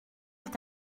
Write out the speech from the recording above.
est